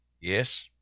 yes